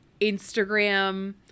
Instagram